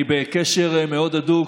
אני בקשר מאוד הדוק